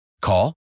Call